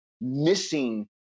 missing